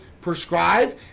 prescribe